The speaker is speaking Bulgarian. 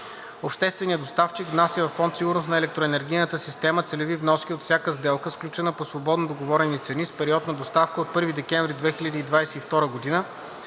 Общественият доставчик внася във Фонд „Сигурност на електроенергийната система“ целеви вноски от всяка сделка, сключена по свободно договорени цени с период на доставка от 1 декември 2022 г.